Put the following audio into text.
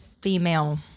female